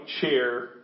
chair